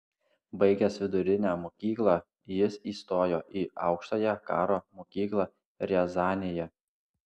baigęs vidurinę mokyklą jis įstojo į aukštąją karo mokyklą riazanėje